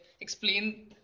explain